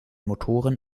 motoren